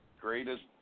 greatest